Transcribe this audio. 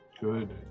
Good